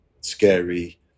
scary